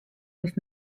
with